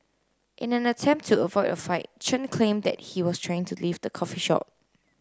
in an attempt to avoid a fight Chen claimed that he was trying to leave the coffee shop